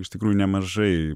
iš tikrųjų nemažai